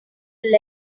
will